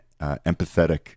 empathetic